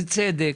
בצדק,